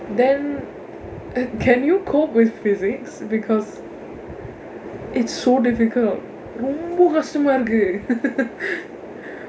then can you cope with physics because it's so difficult ரொம்ப கஷ்டமா இருக்கு:rompa kashdamaa irukku